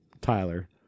Tyler